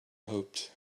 hoped